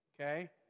okay